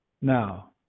now